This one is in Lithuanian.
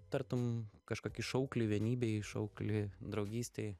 tartum kažkokį šauklį vienybei šauklį draugystei